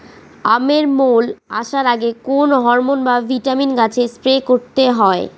আমের মোল আসার আগে কোন হরমন বা ভিটামিন গাছে স্প্রে করতে হয়?